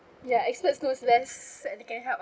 ya experts knows less and they can help